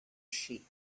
sheep